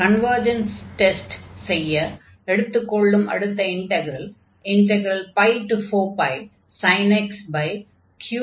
அதையடுத்து கன்வர்ஜ் ஆகுமா என்று டெஸ்ட் செய்ய எடுத்துக்கொள்ளும் integral 4πsin x 3x πdx